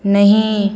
नहि